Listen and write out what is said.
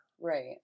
Right